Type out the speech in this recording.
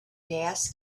gas